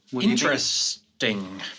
Interesting